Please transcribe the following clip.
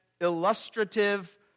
illustrative